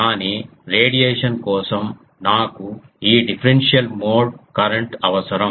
కానీ రేడియేషన్ కోసం నాకు ఈ డిఫరెన్షియల్ మోడ్ కరెంట్ అవసరం